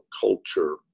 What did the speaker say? culture